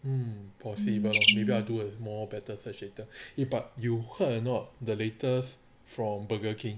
mm possible maybe I'll do as more better search later but you heard anot the latest from burger king